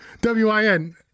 W-I-N